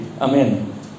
Amen